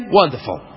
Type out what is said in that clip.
wonderful